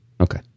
Okay